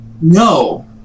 No